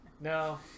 No